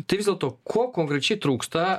tai vis dėlto ko konkrečiai trūksta